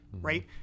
Right